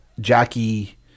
Jackie